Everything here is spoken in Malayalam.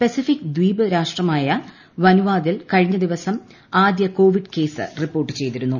പസഫിക് ദ്വീപ് രാഷ്ട്രമായ വനുവാതുവിൽ കഴിഞ്ഞ ദിവസം ആദ്യമായി കോവിഡ് കേസ് റിപ്പോർട്ട് ചെയ്തിരുന്നു